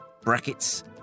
Brackets